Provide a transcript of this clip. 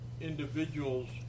individuals